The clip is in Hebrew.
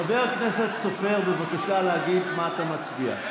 חבר הכנסת סופר, בבקשה להגיד מה אתה מצביע.